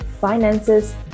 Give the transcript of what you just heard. finances